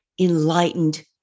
enlightened